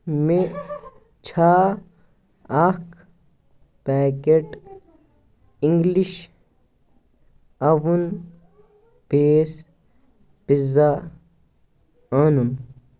مےٚ چھا اکھ packet English oven base pizza اَنُن